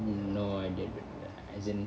no idea r~ r~ as in